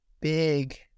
big